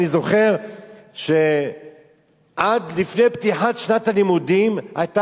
אני זוכר שעד לפני פתיחת שנת הלימודים היתה